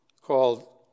called